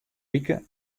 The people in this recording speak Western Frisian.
wike